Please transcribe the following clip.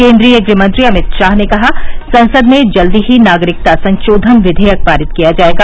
केन्द्रीय गृहमंत्री अमित शाह ने कहा संसद में जल्द ही नागरिकता संशोधन विधेयक पारित किया जाएगा